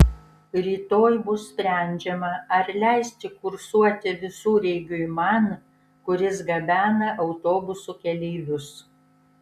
rytoj bus sprendžiama ar leisti kursuoti visureigiui man kuris gabena autobusų keleivius